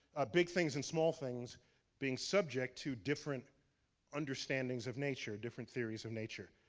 big things and small things being subject to different understandings of nature, different theories of nature.